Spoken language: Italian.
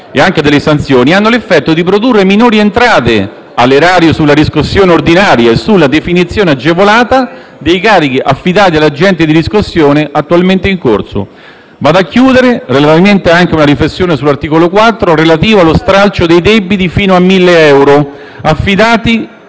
cento) e delle sanzioni, hanno l'effetto di produrre minori entrate all'erario sulla riscossione ordinaria e sulla definizione agevolata dei carichi affidati all'agente di riscossione attualmente in corso. Concludo con una riflessione sull'articolo 4 relativo allo stralcio dei debiti fino a 1.000 euro affidati